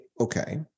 okay